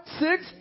six